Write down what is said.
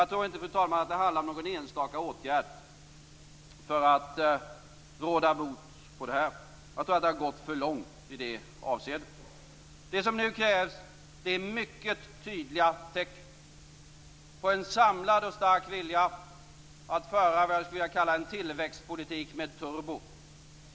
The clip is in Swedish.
Jag tror inte, fru talman, att det handlar om någon enstaka åtgärd för att råda bot på det här. Jag tror att det har gått för långt i det avseendet. Det som nu krävs är mycket tydliga tecken på en samlad och stark vilja att föra vad jag skulle vilja kalla en tillväxtpolitik med turbo.